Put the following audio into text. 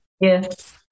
Yes